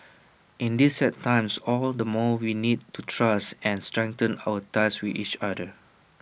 in these sad times all the more we need to trust and strengthen our ties with each other